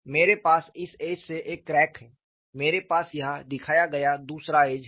मेरे पास इस एज से एक क्रैक है मेरे पास यहां दिखाया गया दूसरा एज है